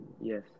Yes